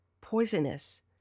poisonous